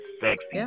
sexy